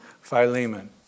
Philemon